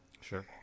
Sure